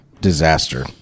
disaster